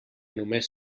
només